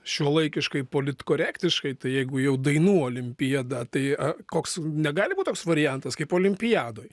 šiuolaikiškai politkorektiškai tai jeigu jau dainų olimpiada tai koks negali būt toks variantas kaip olimpiadoj